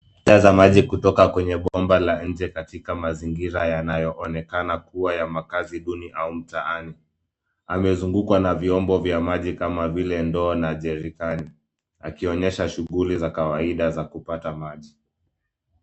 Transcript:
Taa za maji kutoka kwenye bomba la nje katika mazingira yanayoonekana kuwa ya makazi duni au mtaani. Amezungukwa na vyombo vya maji kama vile ndoo na jerikani, akionyesha shughuli za kawaida za kupata maji.